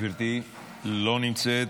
גברתי, לא נמצאת.